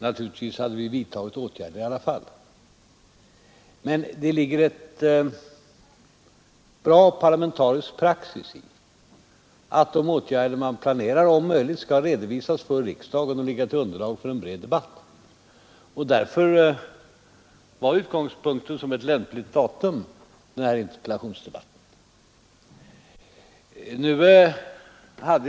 Naturligtvis hade vi vidtagit åtgärder i alla fall, men det ligger en god parlamentarisk praxis i att de åtgärder man planerar om möjligt skall redovisas för riksdagen och ligga till underlag för en bred debatt. Därför var denna interpellationsdebatt ett lämpligt utgångsdatum.